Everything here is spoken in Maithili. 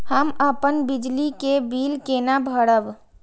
हम अपन बिजली के बिल केना भरब?